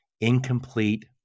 incomplete